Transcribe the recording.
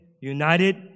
united